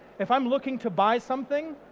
if i'm looking to buy something,